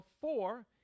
four